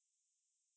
for the four hundred